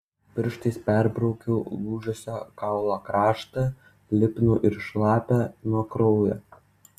pirštais perbraukiau lūžusio kaulo kraštą lipnų ir šlapią nuo kraujo